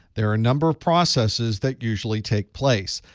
there are a number of processes that usually take place.